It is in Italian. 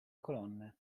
colonne